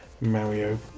Mario